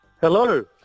hello